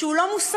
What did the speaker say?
שהוא לא מוסרי,